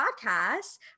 podcast